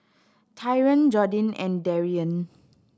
Tyron Jordin and Darrion